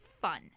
fun